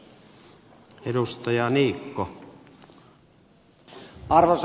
arvoisa puhemies